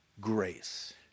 grace